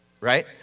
Right